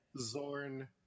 Zorn